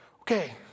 Okay